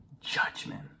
judgment